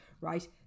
right